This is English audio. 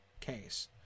case